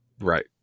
Right